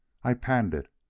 i panned it,